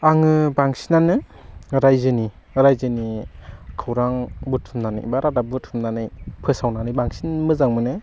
आङो बांसिनानो रायजोनि रायजोनि खौरां बुथुमनानै बा रादाब बुथुमनानै फोसावनानै बांसिन मोजां मोनो